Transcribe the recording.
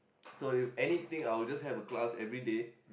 so if anything I'll just have a class everyday